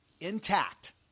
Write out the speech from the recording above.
intact